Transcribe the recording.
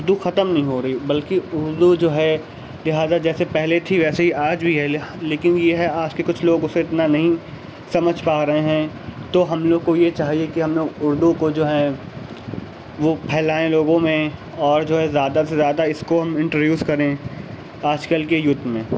اردو ختم نہیں ہورہی بالکہ اردو جو ہے لہٰذا جیسے پہلے تھی ویسے آج بھی ہے لیکن یہ ہے آج کے کچھ لوگ اسے اتنا نہیں سمجھ پا رہے ہیں تو ہم لوگ کو یہ چاہیے کہ ہم اردو کو جو ہے وہ پھیلائیں لوگوں میں اور جو ہے زیادہ سے زیادہ اس کو انٹروڈیوس کریں آج کل کے یوتھ میں